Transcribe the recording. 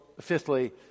fifthly